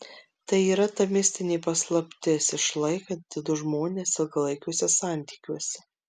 tai yra ta mistinė paslaptis išlaikanti du žmones ilgalaikiuose santykiuose